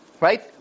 Right